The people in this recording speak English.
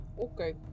Okay